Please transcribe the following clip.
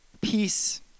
peace